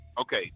okay